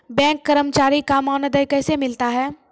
Bank कर्मचारी का मानदेय कैसे मिलता हैं?